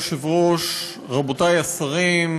אדוני היושב-ראש, תודה לך, רבותי השרים,